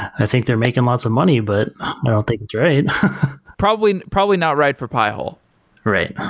i think they're making lots of money, but i don't think it's right probably probably not right for pi-hole right,